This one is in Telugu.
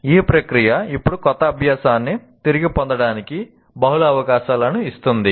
ఈ ప్రక్రియ ఇప్పుడు కొత్త అభ్యాసాన్ని తిరిగి పొందడానికి బహుళ అవకాశాలను ఇస్తుంది